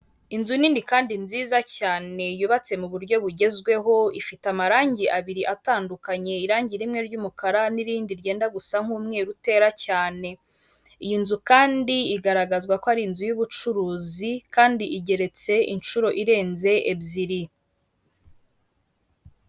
Inzu nini kandi nziza cyane yubatse mu buryo bugezweho, ifite amarangi abiri atandukanye, irangi rimwe ry'umukara n'irindi ryenda gusa nk'umweru utera cyane, iyi nzu kandi igaragazwa ko ari inzu y'ubucuruzi kandi igeretse inshuro irenze ebyiri.